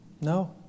No